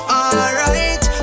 alright